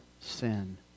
sin